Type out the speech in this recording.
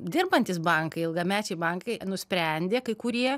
dirbantys bankai ilgamečiai bankai nusprendė kai kurie